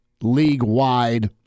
league-wide